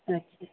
ਅੱਛਾ